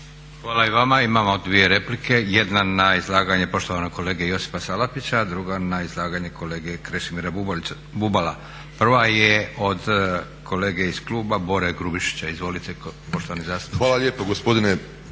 Hvala i vama. Imamo dvije replika. Jedna na izlaganje poštovanog kolege Josipa Salapića, a druga na izlaganje kolege Krešimira Bubala. Prva je od kolege iz kluba Bore Grubišića. Izvolite poštovani zastupniče. **Grubišić, Boro